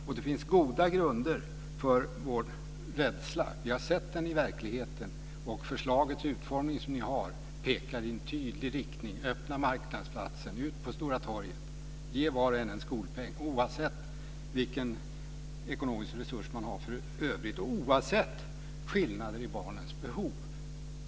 Och det finns goda grunder för vår rädsla. Vi har sett detta i verkligheten. Det förslag till utformning som ni har pekar i en tydlig riktning: öppna marknadsplatsen, ut på stora torget, ge alla en skolpeng, oavsett vilka ekonomiska resurser man har för övrigt och oavsett skillnader i barnens behov.